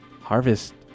harvest